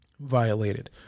violated